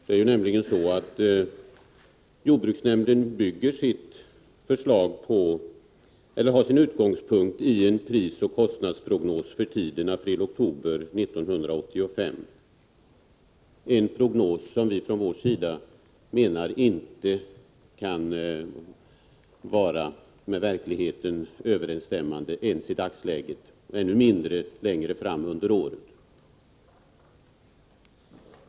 Det är nämligen så att jordbruksnämndens förslag har sin utgångspunkt i en prisoch kostnadsprognos för tiden april-oktober 1985 — en prognos som vi från vår sida menar inte kan vara med verkligheten överensstämmande ens i dagsläget, och ännu mindre längre fram under året.